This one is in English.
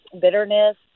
bitterness